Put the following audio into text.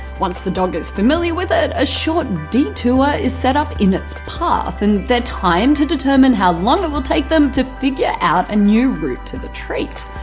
once the dog is familiar with it, a short detour is set up in its path and they are timed to determine how long it will take them to figure out a new route to the treat.